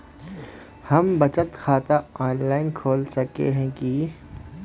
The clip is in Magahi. हम बचत खाता ऑनलाइन खोल सके है की?